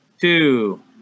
two